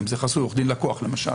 אם זה חסוי, עורך דין-לקוח למשל,